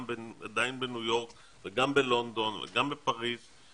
גם עדיין בניו יורק וגם בלונדון וגם בפאריס,